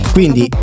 Quindi